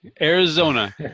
Arizona